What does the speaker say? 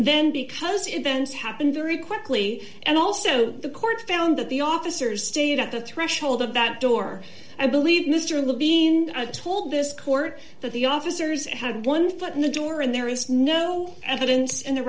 then because events happened very quickly and also the court found that the officers stayed at the threshold of that door i believe mr levine told this court that the officers and had one foot in the door and there is no evidence in the